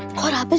what are but